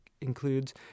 includes